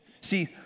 See